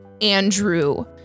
Andrew